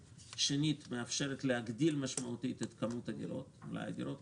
2) מאפשרת להגדיל משמעותית את כמות מלאי הדירות,